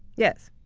yes.